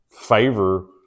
favor